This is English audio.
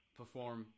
perform